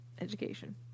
Education